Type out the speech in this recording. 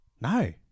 No